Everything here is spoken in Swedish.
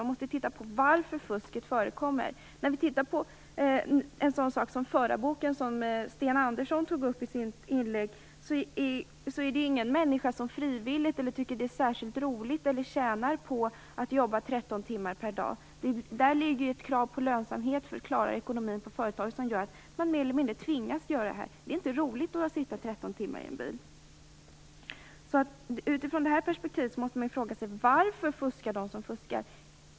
Man måste titta på varför fusket förekommer. När vi tittar på en sådan sak som förarboken, vilket Sten Andersson tog upp i sitt inlägg, är det ingen människa som tycker att det är särskilt roligt eller som tjänar på att jobba 13 timmar per dygn. Det är krav på lönsamhet för att klara ekonomin i företaget som gör att man mer eller mindre tvingas till detta. Det är inte roligt att behöva sitta 13 Utifrån detta perspektiv måste man fråga sig varför de som fuskar fuskar.